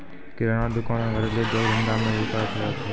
किराना दुकान से घरेलू उद्योग धंधा मे विकास होलो छै